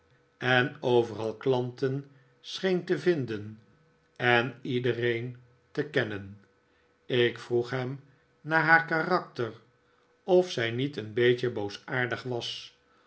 en overal klanten scheen te vinden en iedereen te kennen ik vroeg hem naar haar karakter of zij niet een beetje boosaardig was